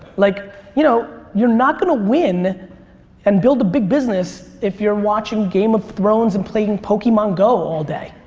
like you know you're not going to win and build a big business if you're watching game of thrones and playing pokemon go all day.